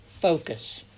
focus